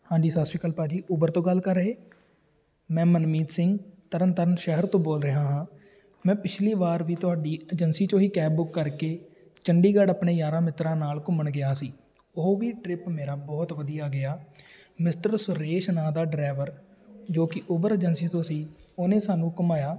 ਹਾਂਜੀ ਸਤਿ ਸ਼੍ਰੀ ਅਕਾਲ ਭਾਅ ਜੀ ਉਬਰ ਤੋਂ ਗੱਲ ਕਰ ਰਹੇ ਮੈਂ ਮਨਮੀਤ ਸਿੰਘ ਤਰਨ ਤਾਰਨ ਸ਼ਹਿਰ ਤੋਂ ਬੋਲ ਰਿਹਾ ਹਾਂ ਮੈਂ ਪਿਛਲੀ ਵਾਰ ਵੀ ਤੁਹਾਡੀ ਏਜੰਸੀ 'ਚੋਂ ਹੀ ਕੈਬ ਬੁੱਕ ਕਰਕੇ ਚੰਡੀਗੜ੍ਹ ਆਪਣੇ ਯਾਰਾਂ ਮਿੱਤਰਾਂ ਨਾਲ ਘੁੰਮਣ ਗਿਆ ਸੀ ਉਹ ਵੀ ਟਰਿੱਪ ਮੇਰਾ ਬਹੁਤ ਵਧੀਆ ਗਿਆ ਮਿਸਟਰ ਸੁਰੇਸ਼ ਨਾਂ ਦਾ ਡਰਾਇਵਰ ਜੋ ਕਿ ਉਬਰ ਏਜੰਸੀ ਤੋਂ ਸੀ ਉਹਨੇ ਸਾਨੂੰ ਘੁੰਮਾਇਆ